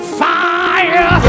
fire